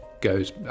goes